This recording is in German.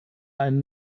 einen